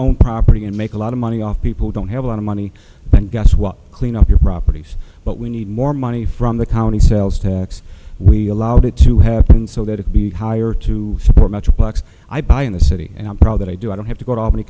own property and make a lot of money off people don't have a lot of money but guess what clean up your properties but we need more money from the county sales tax we allowed it to happen so that it be higher to support metroplex i buy in the city and i'm proud that i do i don't have to go to albany